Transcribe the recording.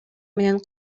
менен